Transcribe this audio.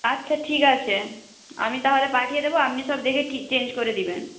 আচ্ছা ঠিক আছে আমি তাহলে পাঠিয়ে দেবো আপনি সব দেখে ঠিক চেঞ্জ করে দেবেন